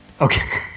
Okay